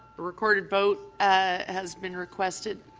recorded vote ah has been requested.